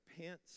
pants